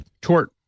Tort